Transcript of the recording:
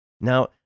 Now